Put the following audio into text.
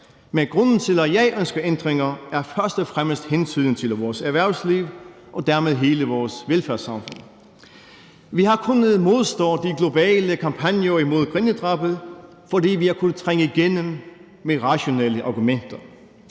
Men grunden til, at jeg ønsker ændringer, er først og fremmest hensynet til vores erhvervsliv og dermed hele vores velfærdssamfund. Vi har kunnet modstå de globale kampagner mod grindedrabene, fordi vi har kunnet trænge igennem med rationelle argumenter,